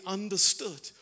understood